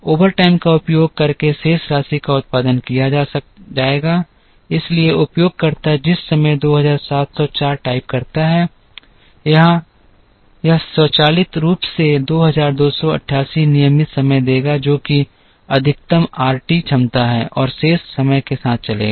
overtime का उपयोग करके शेष राशि का उत्पादन किया जाएगा इसलिए उपयोगकर्ता जिस समय 2704 टाइप करता है यहां यह स्वचालित रूप से 2288 नियमित समय देगा जो कि अधिकतम आर टी क्षमता है और शेष समय के साथ चलेगा